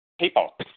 people